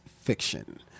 fiction